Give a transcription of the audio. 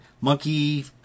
monkey